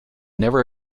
never